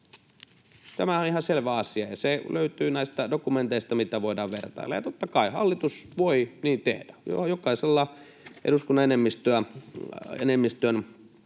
Tämähän on ihan selvä asia, ja se löytyy näistä dokumenteista, joita voidaan vertailla. Ja totta kai hallitus voi niin tehdä. Jokaisella eduskunnan enemmistön